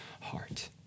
heart